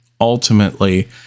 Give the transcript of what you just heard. ultimately